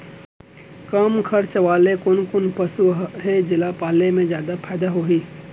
कम खरचा वाले कोन कोन पसु हे जेला पाले म जादा फायदा होही?